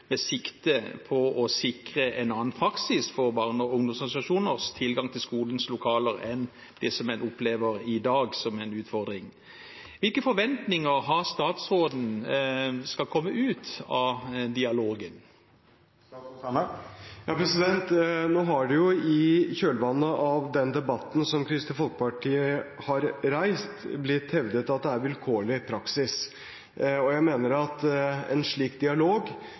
med sikte på å sikre en annen praksis for barne- og ungdomsorganisasjoners tilgang til skolens lokaler enn det en i dag opplever som en utfordring. Hvilke forventninger har statsråden til hva som skal komme ut av dialogen? Nå har det i kjølvannet av den debatten som Kristelig Folkeparti har reist, blitt hevdet at det er en vilkårlig praksis, og jeg mener at en slik dialog